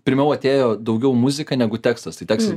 pirmiau atėjo daugiau muzika negu tekstas tai tekstas